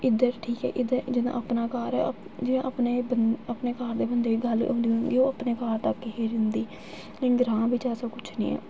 इद्धर ठीक ऐ इद्धर जि'यां अपना घर ऐ जि'यां अपने अपने घर दे बंदे दी गल्ल ओह् अपने घर तक ही होंदी लेकिन ग्रांऽ बिच ऐसा कुछ निं ऐ